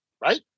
right